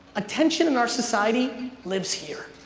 attention in our society lives here.